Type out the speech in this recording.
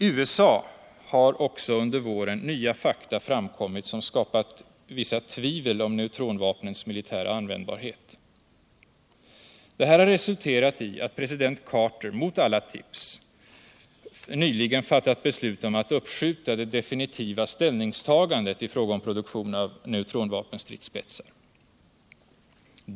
[USA har också under våren nya fakta framkommit som skapat vissa tvivel om neutronvapnens militära användbarhet. Det har resulterat i att president Carter —- mot alla tips — nyligen fattat beslut om att uppskjuta det definitiva ställningstagandet i fråga om produktion av neutronvapenstridsspetsar.